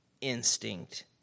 instinct